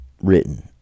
written